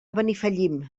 benifallim